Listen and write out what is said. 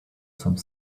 some